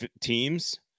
teams